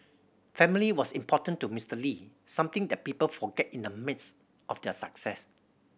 family was important to Mister Lee something that people forget in the midst of their success